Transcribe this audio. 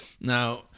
Now